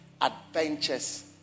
adventures